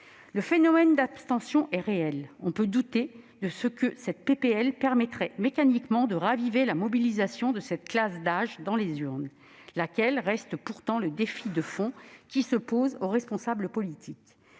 Le phénomène d'abstention est réel. On peut douter de la faculté de cette proposition de loi à raviver mécaniquement la mobilisation de cette classe d'âge dans les urnes, laquelle reste pourtant le défi de fond qui se pose aux responsables politiques.